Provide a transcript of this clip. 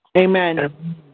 Amen